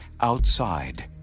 outside